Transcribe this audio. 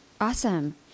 Awesome